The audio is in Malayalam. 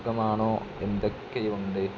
സുഖമാണോ എന്തൊക്കെയുണ്ട്